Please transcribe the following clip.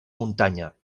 muntanya